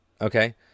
Okay